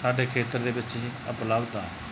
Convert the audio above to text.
ਸਾਡੇ ਖੇਤਰ ਦੇ ਵਿੱਚ ਹੀ ਉਪਲਬਧ ਆ